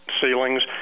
ceilings